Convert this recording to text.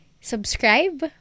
subscribe